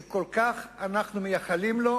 שאנחנו כל כך מייחלים לו,